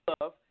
love